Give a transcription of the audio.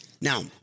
Now